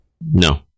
No